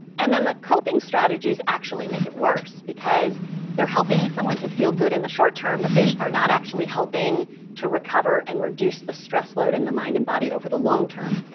and then the coping strategies actually make it worse because they're helping someone to feel good in and the short term, but they are not actually helping to recover and reduce the stress load in the mind and body over the long term.